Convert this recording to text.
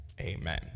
Amen